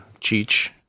Cheech